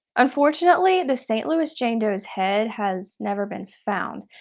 unfortunately, the st. louis jane doe's head has never been found.